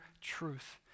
truth